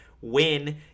win